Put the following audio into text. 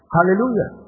Hallelujah